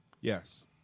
Yes